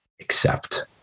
accept